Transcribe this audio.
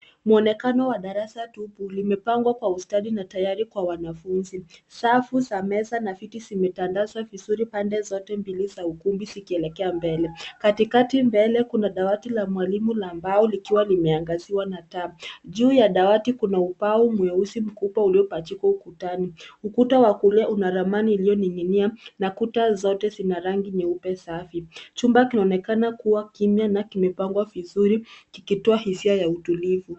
Muonekano wa darasa tupu limepangwa kwa ustadi na tayari kwa wanafunzi. Safu za meza na viti zimetandazwa vizuri pande zote mbili za ukumbi zikielekea mbele. Katikati mbele kuna dawati la mwalimu la mbao likiwa limeangaziwa na taa. Juu ya dawati kuna ubao mweusi mkubwa uliopachikwa ukutani. Ukuta wa kulia una ramani ulioning'inia na kuta zote zina rangi nyeupe safi. Chumba kinaonekana kuwa kimya na kimepangwa vizuri kikitoa hisia ya utulivu.